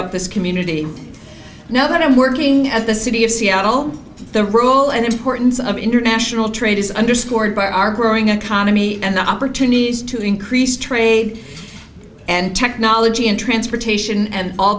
up this community now that i'm working at the city of seattle the role and importance of international trade is underscored by our growing economy and the opportunities to increase trade and technology in transportation and all